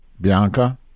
Bianca